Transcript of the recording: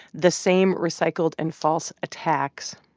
the same recycled and false attacks.